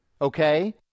okay